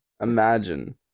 Imagine